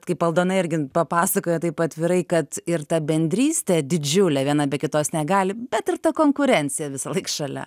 kaip aldona irgi papasakojo taip atvirai kad ir ta bendrystė didžiulė viena be kitos negali bet ir ta konkurencija visąlaik šalia